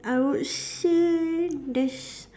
I would say there's